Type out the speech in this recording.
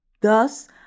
Thus